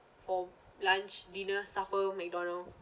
for lunch dinner supper McDonald's